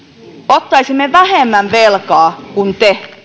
ottaisimme vähemmän velkaa kuin te